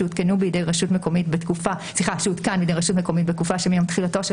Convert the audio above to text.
שהותקן בידי רשות מקומית בתקופה שמיום תחילתו של